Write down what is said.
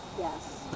yes